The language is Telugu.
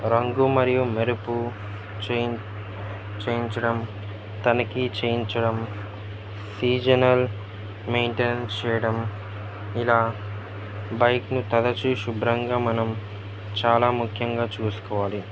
రంగు మరియు మెరుపు చేయ్ చేయించడం తనిఖీ చేయించడం సీజనల్ మెయింటెనెన్స్ చేయడం ఇలా బైక్ను తరచూ శుభ్రంగా మనం చాలా ముఖ్యంగా చూసుకోవాలి